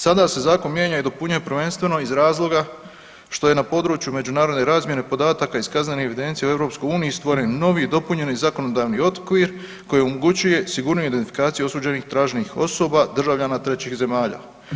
Sada se zakon mijenja i dopunjuje prvenstveno iz razloga što je na području međunarodne razmjene podataka iz kaznenih evidencija u EU stvoren novi dopunjeni zakonodavni okvir koji omogućuje sigurniju identifikaciju osuđenih traženih osoba državljana trećih zemalja.